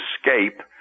escape